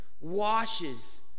washes